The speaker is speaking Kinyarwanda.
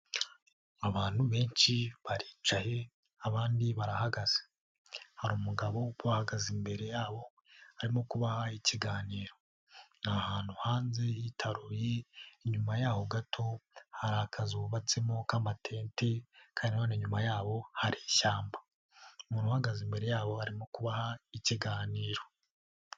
Abantu benshi baricaye abandi barahagaze. Hari umugabo uhagaze imbere yabo arimo kubaha ikiganiro. Ni ahantu hanze hitaruye inyuma yaho gato hari akazu ku batsemo k'amatente. Iyuma yaho harishyamba umuntu uhagaze imbere yabo arimo kubaha ikiganiro.